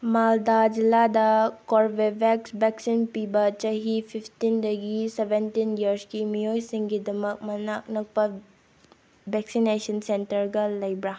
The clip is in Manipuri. ꯃꯥꯜꯗꯥ ꯖꯤꯜꯂꯥꯗ ꯀꯣꯔꯕꯤꯕꯦꯛꯁ ꯚꯦꯛꯁꯤꯟ ꯄꯤꯕ ꯆꯍꯤ ꯐꯤꯞꯇꯤꯟꯗꯒꯤ ꯁꯕꯦꯟꯇꯤꯟ ꯏꯌꯔꯁꯀꯤ ꯃꯤꯑꯣꯏꯁꯤꯡꯒꯤꯗꯃꯛ ꯃꯅꯥꯛ ꯅꯛꯄ ꯚꯦꯛꯁꯤꯅꯦꯁꯟ ꯁꯦꯟꯇꯔꯒ ꯂꯩꯕ꯭ꯔꯥ